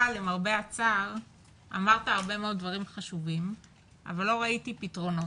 אבל למרבה הצער אמרת הרבה מאוד דברים חשובים אבל לא ראיתי פתרונות.